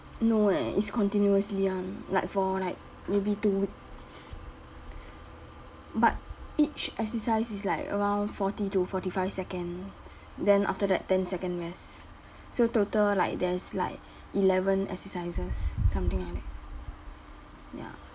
no eh it's continuously [one] like for like maybe two weeks but each exercise is like around forty to forty five seconds then after that ten second rest so total like there's like eleven exercises something like that ya